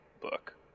book